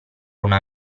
una